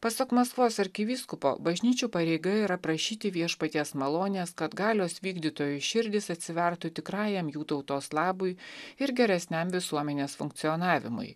pasak maskvos arkivyskupo bažnyčios pareiga yra prašyti viešpaties malonės kad galios vykdytojų širdys atsivertų tikrajam jų tautos labui ir geresniam visuomenės funkcionavimui